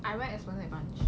I ride